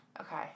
Okay